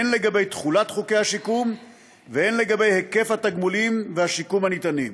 הן לגבי תחולת חוקי השיקום והן לגבי היקף התגמולים והשיקום הניתנים.